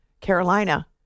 Carolina